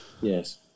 Yes